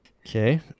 Okay